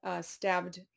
stabbed